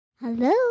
hello